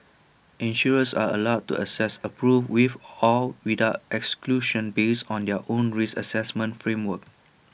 insurers are allowed to assess approve with or without exclusions based on their own risk Assessment framework